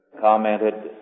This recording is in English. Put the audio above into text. commented